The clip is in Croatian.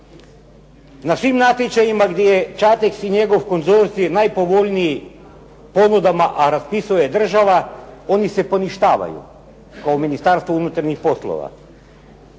Na svim natječajima gdje je "Čateks" i njegov konzorcij najpovoljniji ponudama, a raspisuje je država, oni se poništavaju kao Ministarstvo unutarnjih poslova.